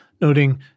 noting